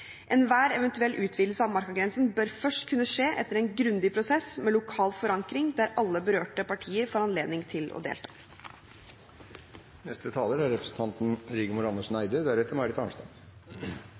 Enhver eventuell utvidelse av markagrensen bør først kunne skje etter en grundig prosess med lokal forankring der alle berørte parter får anledning til å delta. Mye positivt er